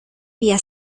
día